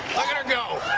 look at her go.